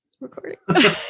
recording